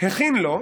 "הכין לו"